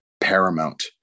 paramount